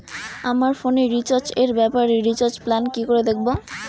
আমার ফোনে রিচার্জ এর ব্যাপারে রিচার্জ প্ল্যান কি করে দেখবো?